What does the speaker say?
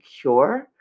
cure